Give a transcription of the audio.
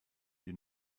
you